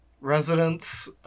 residents